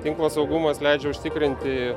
tinklo saugumas leidžia užtikrinti